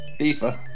FIFA